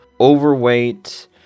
overweight